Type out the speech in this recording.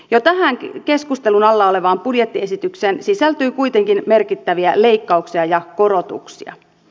jo tähän keskustelun alla olevaan budjettiesitykseen sisältyy kuitenkin merkittäviä leikkauksia ja korotuksia